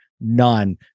none